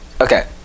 Okay